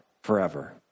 forever